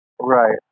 right